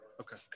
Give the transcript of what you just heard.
Okay